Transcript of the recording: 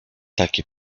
takie